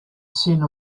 sent